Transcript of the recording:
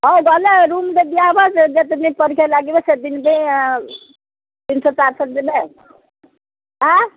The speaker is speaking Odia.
ହଉ ଗଲେ ରୁମ୍ଟେ ଦିଆ ହବ ଯେତେଦିନ ପରୀକ୍ଷା ଲାଗିବ ସେତେଦିନ ପାଇଁ ତିନିଶହ ଚାରିଶହ ଦେଲେ ଆଁ